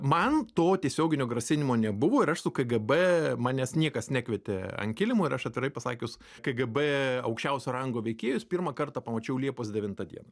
man to tiesioginio grasinimo nebuvo ir aš su kgb manęs niekas nekvietė an kilimo ir aš atvirai pasakius kgb aukščiausio rango veikėjus pirmą kartą pamačiau liepos devintą dieną